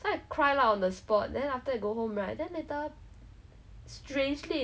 then she just said like you cannot use your phone in class